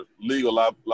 legal